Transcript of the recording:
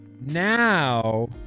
Now